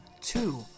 two